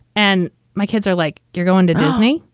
and my kids are like, you're going to disney.